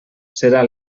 serà